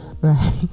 right